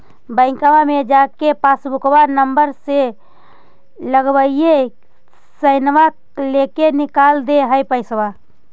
बैंकवा मे जा के पासबुकवा नम्बर मे लगवहिऐ सैनवा लेके निकाल दे है पैसवा?